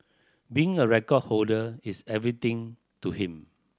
being a record holder is everything to him